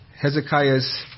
Hezekiah's